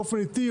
באופן עיתי,